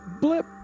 Blip